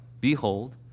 behold